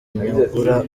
nyungura